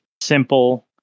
simple